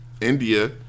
India